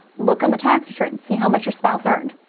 look on the tax return and see how much your spouse earned.